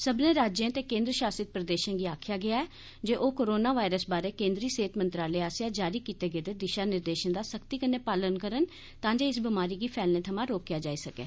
सब्मनें राज्यें ते केन्द्र शासित प्रदेशें गी आखेआ गेआ ऐ जे ओह् कोरोना वायरस बारै केन्द्री सेह्त मंत्रालय आसेआ जारी कीते गेदे दिशा निर्देशें दा सख्ती कन्नै पालन करन तांजे इस बमारी गी फैलने थमां रोकेआ जाई सकै